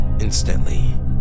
Instantly